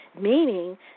meaning